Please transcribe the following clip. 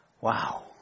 wow